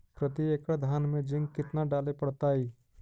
प्रती एकड़ धान मे जिंक कतना डाले पड़ताई?